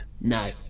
no